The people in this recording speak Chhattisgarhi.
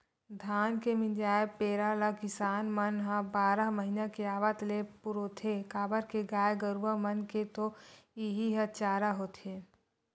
धान के मिंजाय पेरा ल किसान मन ह बारह महिना के आवत ले पुरोथे काबर के गाय गरूवा मन के तो इहीं ह चारा होथे